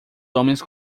homens